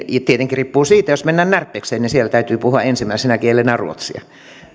tietenkin riippuu siitä että jos mennään närpekseen niin siellä täytyy puhua ensimmäisenä kielenä ruotsia